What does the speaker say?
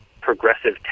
progressive